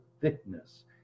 thickness